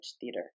Theater